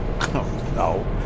No